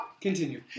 Continue